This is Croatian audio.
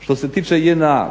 Što se tiče JNA,